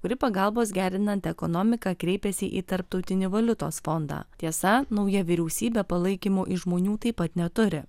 kuri pagalbos gerinant ekonomiką kreipėsi į tarptautinį valiutos fondą tiesa nauja vyriausybė palaikymo iš žmonių taip pat neturi